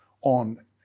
on